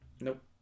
Nope